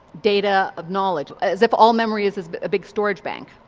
data, of knowledge, as if all memory is is a big storage bank.